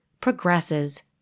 progresses